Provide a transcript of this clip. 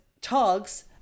togs